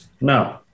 No